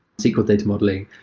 sql data modeling.